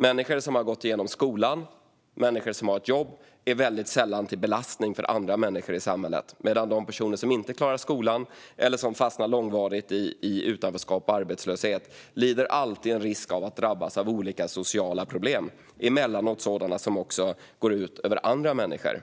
Människor som har gått i skolan och har jobb är sällan till belastning för andra människor i samhället, medan de personer som inte klarar skolan eller som fastnar långvarigt i utanförskap och arbetslöshet alltid lider en risk att drabbas av olika sociala problem, emellanåt sådana som också går ut över andra människor.